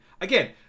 again